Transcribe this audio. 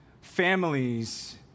families